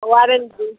warranty